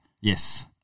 Yes